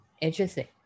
Interesting